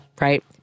right